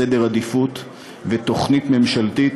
סדר עדיפויות ותוכנית ממשלתית